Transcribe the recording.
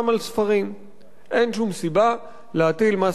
אין שום סיבה להטיל מס ערך מוסף על ספרים.